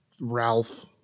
ralph